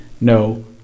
no